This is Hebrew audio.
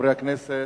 חברי הכנסת,